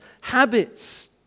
Habits